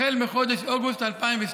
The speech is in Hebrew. החל מחודש אוגוסט 2012,